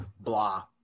Blah